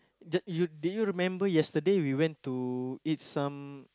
the did you remember yesterday we went to eat some